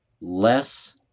less